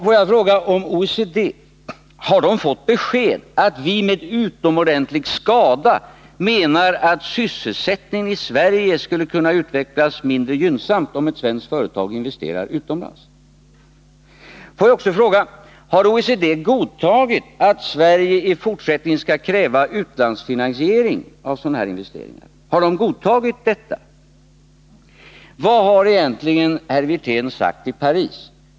Får jag fråga om OECD har fått besked om att vi med ”utomordentlig skada” menar att sysselsättningen i Sverige skulle kunna utvecklas mindre gynnsamt om ett svenskt företag investerar utomlands? Får jag också fråga: Har OECD godtagit att Sverige i fortsättningen skall kräva utlandsfinansiering av investeringar av det här slaget? Vad har herr Wirtén egentligen sagt i Paris?